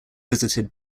visited